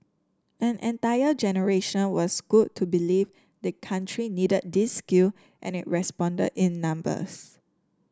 an entire generation was schooled to believe the country needed these skill and it responded in numbers